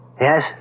Yes